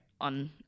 on